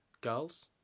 Girls